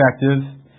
perspective